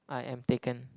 I am taken